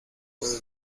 puede